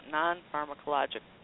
non-pharmacologic